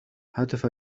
هتف